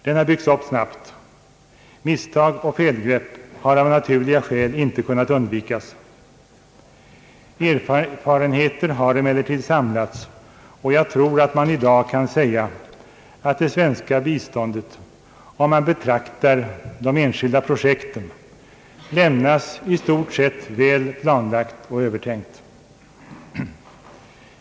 Den har byggts upp snabbt. Misstag och felgrepp har av naturliga skäl inte kunnat undvikas. Erfarenheter har emellertid samlats, och jag tror att man i dag kan säga att det svenska biståndet — om man betraktar de enskilda projekten — lämnas i stort sett väl planlagt och övertänkt.